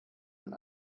und